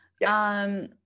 Yes